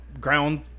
Ground